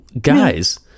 guys